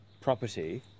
property